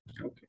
Okay